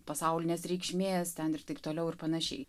pasaulinės reikšmės ten ir taip toliau ir panašiai